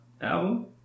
album